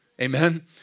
Amen